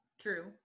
true